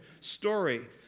story